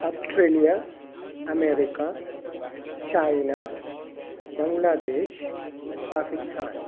Australia America China Bangladesh Pakistan